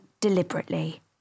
Deliberately